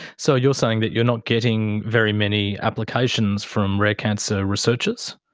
so you're saying that you're not getting very many applications from rare cancer researchers?